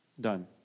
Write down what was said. done